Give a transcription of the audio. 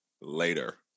later